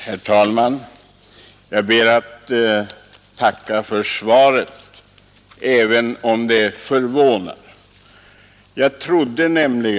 Herr talman! Jag ber att få tacka för svaret, även om detsamma förvånar.